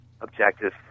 objective